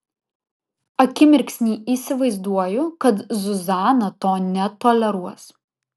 akimirksnį įsivaizduoju kad zuzana to netoleruos